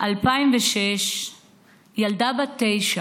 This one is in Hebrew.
2006 ילדה בת תשע,